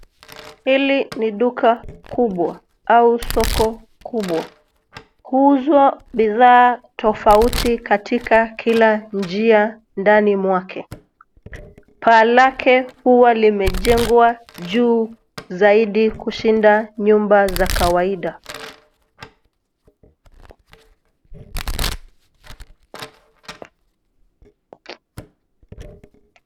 Hili ni duka kubwa au soko kubwa. Huuzwa bidhaa tofauti katika kila njia ndani mwake. Paa lake huwa limejengwa juu zaidi kushinda nyumba za kawaida.